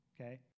Okay